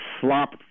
slop